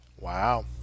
Wow